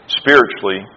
spiritually